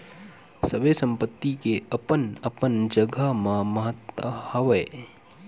सबे संपत्ति के अपन अपन जघा म महत्ता हवय